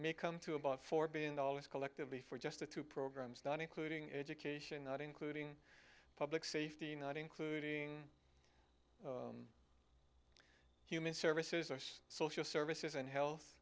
may come to about four billion dollars collectively for us to two programs not including education not including public safety not including human services or social services and health